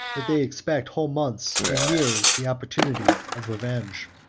that they expect whole months and years the opportunity of revenge.